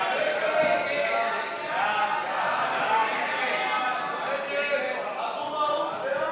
ההגירה ומעברי הגבול,